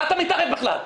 למה אתה מתערב בכלל?